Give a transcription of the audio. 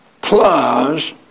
plus